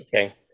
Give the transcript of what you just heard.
okay